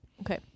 okay